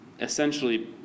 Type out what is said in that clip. essentially